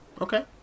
Okay